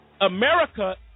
America